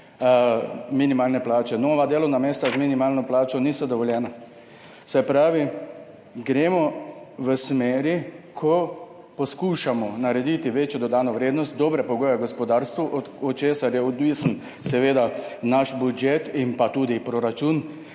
minimalne plače. Nova delovna mesta z minimalno plačo niso dovoljena. Se pravi, gremo v smer, kjer poskušamo narediti večjo dodano vrednost, dobre pogoje za gospodarstvo, od česar je odvisen seveda naš proračun,